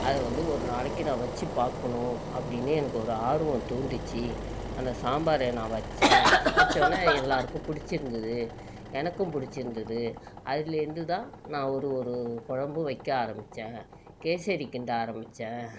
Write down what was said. அதை வந்து ஒரு நாளைக்கு நான் வெச்சு பார்க்குணும் அப்படின்னு எனக்கு ஒரு ஆர்வம் தூண்டிச்சி அந்த சாம்பரை நான் வைச்சேன் வைச்சொன்னே எல்லாேருக்கும் பிடிச்சிருந்துது எனக்கும் பிடிச்சிருந்தது அதுலேருந்து தான் நான் ஒரு ஒரு குழம்பும் வைக்க ஆரமித்தேன் கேசரி கிண்ட ஆரமித்தேன்